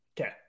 Okay